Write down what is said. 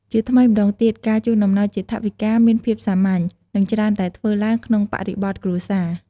ជាថ្មីម្ដងទៀត ការជូនអំណោយជាថវិកាមានភាពសាមញ្ញ និងច្រើនតែធ្វើឡើងក្នុងបរិបទគ្រួសារ។